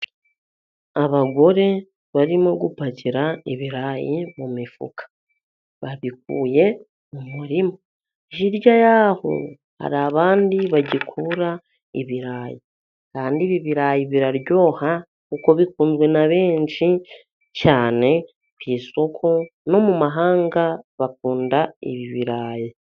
Abagore barimo gupakira ibirayi mu mifuka, babikuye mu murima. Hirya y'aho hari abandi bagikura ibirayi. Kandi ibi birarayi biraryoha, kuko bikunzwe na benshi cyane ku isoko, no mu mahanga bakunda ibi birarayi.